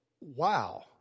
wow